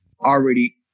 already